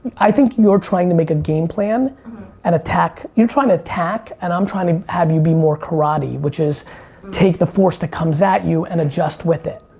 i think you're trying to make a game plan and attack, you're trying to attack and i'm trying to have you be more karate, which is take the force that comes at you and adjust with it.